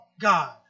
God